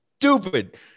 stupid